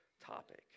topic